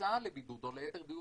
מכניסה לבידוד או ליתר דיוק,